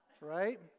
Right